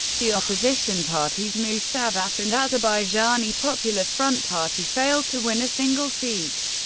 the opposition parties, musavat and azerbaijani popular front party, failed to win a single seat.